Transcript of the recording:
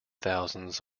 thousands